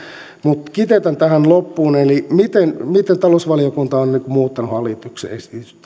mutta kiteytän tähän loppuun eli miten talousvaliokunta on nyt muuttanut hallituksen